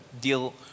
deal